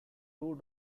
two